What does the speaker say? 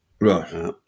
Right